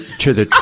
to the,